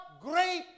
great